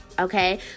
okay